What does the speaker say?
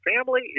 family